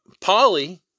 Polly